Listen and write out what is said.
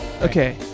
okay